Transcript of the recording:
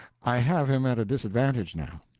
i have him at a disadvantage, now.